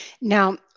Now